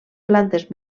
plantes